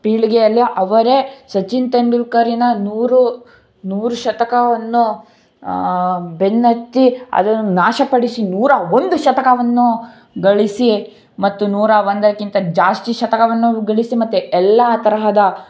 ಪೀಳಿಗೆಯಲ್ಲಿ ಅವರೇ ಸಚಿನ್ ತೆಂಡುಲ್ಕರಿನ ನೂರು ನೂರು ಶತಕವನ್ನು ಬೆನ್ನಟ್ಟಿ ಅದೂ ನಾಶ ಪಡಿಸಿ ನೂರ ಒಂದು ಶತಕವನ್ನು ಗಳಿಸಿ ಮತ್ತು ನೂರ ಒಂದಕ್ಕಿಂತ ಜಾಸ್ತಿ ಶತಕವನ್ನು ಗಳಿಸಿ ಮತ್ತೆ ಎಲ್ಲ ತರಹದ